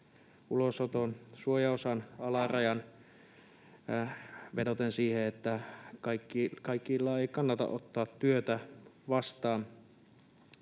ulosoton suojaosan alarajan vedoten siihen, että kaikilla ei kannata ottaa työtä vastaan.